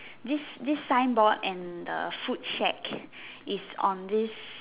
this this signboard and the food shack is on this